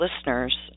listeners